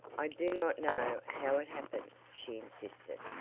i do not know how it happened, she insisted,